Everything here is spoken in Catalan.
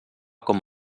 com